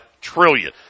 trillion